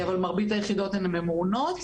אבל במרבית היחידות הן ממונות.